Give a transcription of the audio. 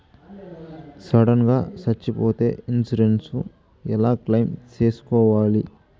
Sudden గా సచ్చిపోతే insurance ఎలా క్లెయిమ్ సేసుకోవాలి?